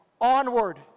onward